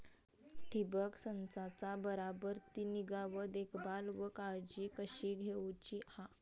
ठिबक संचाचा बराबर ती निगा व देखभाल व काळजी कशी घेऊची हा?